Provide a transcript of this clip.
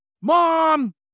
mom